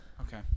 Okay